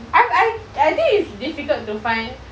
I'm I'm I think it's difficult to find